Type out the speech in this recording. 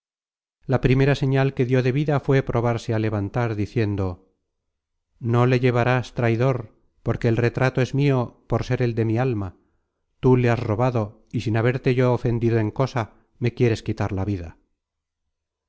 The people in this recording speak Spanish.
la primera señal que dió de vida fué probarse á levantar diciendo no le llevarás traidor porque el retrato es mio por ser el de mi alma tú le has robado y sin haberte yo ofendido en cosa me quieres quitar la vida